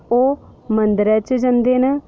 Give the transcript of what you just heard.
ओह् मंदरै च जंदे न